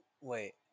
Wait